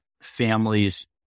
families